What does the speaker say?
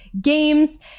games